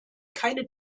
keine